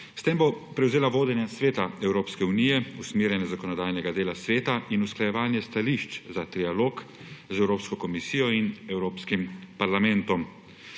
S tem bo prevzela vodenje Sveta Evropske unije, usmerjanje zakonodajnega dela Sveta in usklajevanje stališč za trialog z Evropsko komisijo in Evropskim parlamentom.